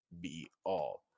be-all